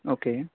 okay